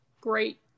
great